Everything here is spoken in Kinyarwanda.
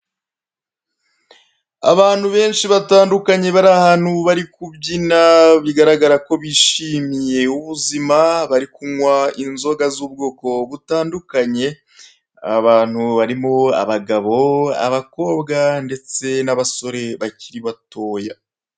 Abantu benshi batandukanye bari ahantu bari kubyina bigaragara ko bishimye ubuzima bari kunywa inzoga z'ubwoko butandukanye aba bantu harimo abagabo, abakobwa ndeste n'abasore bakiri batoya.